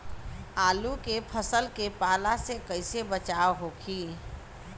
आलू के फसल के पाला से कइसे बचाव होखि?